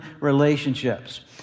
relationships